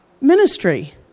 ministry